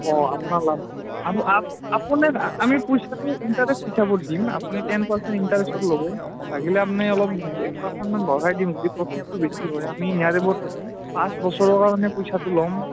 অঁ আপোনাৰ লাভটো আপোনাক আমি পইচাটো ইণ্টাৰেষ্ট হিচাপত দিম আপুনি টেন পাৰ্চেণ্ট ইণ্টাৰেষ্টত ল'ব লাগিলে আপুনি অলপ এক পাৰ্চেণ্টমান বঢ়াই দিম যদি প্ৰফিটটো বেছি হয় আমি নেয়াৰ এবাউট পাঁচ বছৰৰ কাৰণে পইচাটো ল'ম